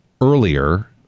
earlier